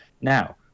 Now